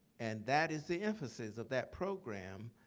and that is the emphasis of that program.